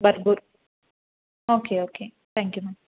Bargur okay okay thank you ma'am